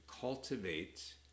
cultivate